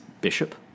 bishop